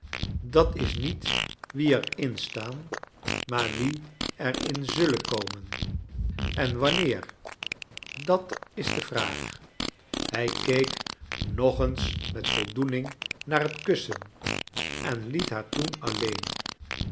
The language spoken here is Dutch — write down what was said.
dat is niet wie er in staan maar wie er in zullen komen en wanneer dat is de vraag hij keek nog eens met voldoening naar het kussen en liet haar toen alleen